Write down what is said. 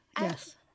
yes